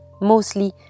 mostly